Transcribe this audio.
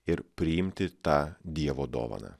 ir priimti tą dievo dovaną